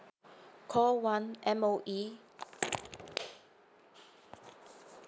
call one M_O_E